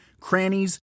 crannies